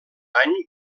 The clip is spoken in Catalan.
any